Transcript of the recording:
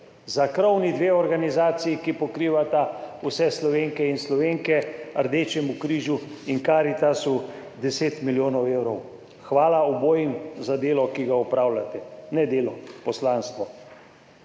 za krovni dve organizaciji, ki pokrivata vse Slovenke in Slovenke, Rdečemu križu in Karitasu 10 milijonov evrov. Hvala obojim za delo, ki ga opravljate, ne delo, poslanstvo.